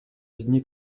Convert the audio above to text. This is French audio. désigné